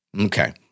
Okay